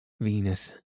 Venus